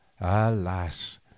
alas